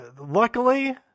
luckily